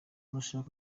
murashaka